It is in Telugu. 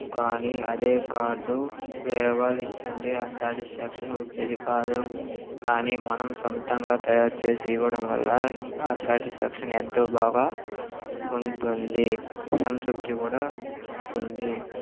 కానీ అదే కార్డు వేరే వాళ్ళు ఇచ్చి ఉంటే ఆ సాటిస్ఫాక్షన్ వచ్చేది కాదు కానీ మనం సొంతంగా తయారు చేసి ఇవ్వడం వల్ల ఆ సాటిస్ఫాక్షన్ ఎంతో బాగా ఉంటుంది అసంతృప్తి కూడా ఇస్తుంది